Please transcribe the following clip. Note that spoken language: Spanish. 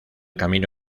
camino